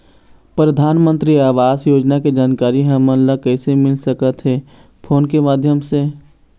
परधानमंतरी आवास योजना के जानकारी हमन ला कइसे मिल सकत हे, फोन के माध्यम से?